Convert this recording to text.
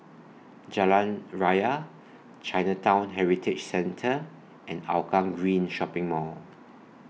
Jalan Raya Chinatown Heritage Centre and Hougang Green Shopping Mall